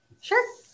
Sure